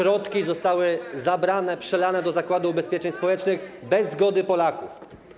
Środki zostały zabrane, przelane do Zakładu Ubezpieczeń Społecznych bez zgody Polaków.